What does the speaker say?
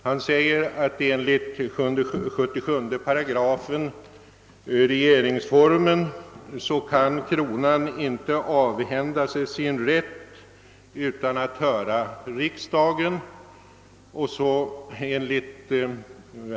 Han säger att enligt § 77 regeringsformen kronan inte kan avhända sig sin rätt till fastigheter utan att höra riksdagen.